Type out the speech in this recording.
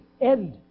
end